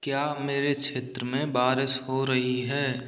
क्या मेरे क्षेत्र में बारिश हो रही है